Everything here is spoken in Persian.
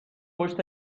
پشت